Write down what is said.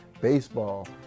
baseball